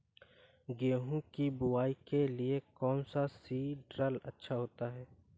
गेहूँ की बुवाई के लिए कौन सा सीद्रिल अच्छा होता है?